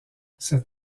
cette